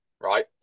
right